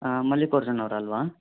Mallikarjun ಅವರಲ್ಲವಾ